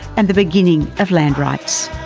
and the beginning of land rights.